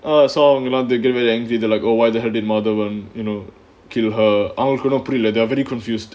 so அவங்கலாம்:avanggalaam they get very angry they're like oh why the did madhavan one you know kill her அவங்களுக்கு ஒன்னும் புரியல:avanggalukku onnum puriyala they very confused